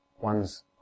ones